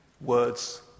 words